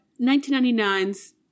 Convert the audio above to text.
1999's